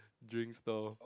drinks stall